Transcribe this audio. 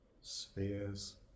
spheres